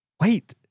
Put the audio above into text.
Wait